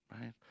right